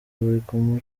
ariko